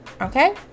Okay